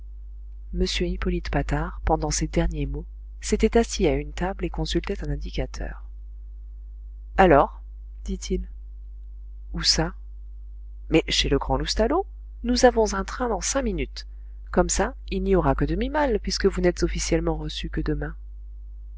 m hippolyte patard pendant ces derniers mots s'était assis à une table et consultait un indicateur alors dit-il où ça mais chez le grand loustalot nous avons un train dans cinq minutes comme ça il n'y aura que demi mal puisque vous n'êtes officiellement reçu que demain